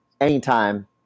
anytime